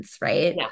right